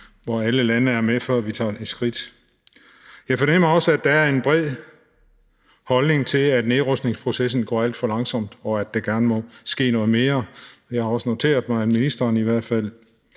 hvor alle lande er med, før vi tager det skridt. Jeg fornemmer også, at der bredt er en holdning til, at nedrustningsprocessen går alt for langsomt, og at der gerne må ske noget mere, og jeg har også noteret mig, at ministeren i hvert fald